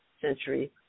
century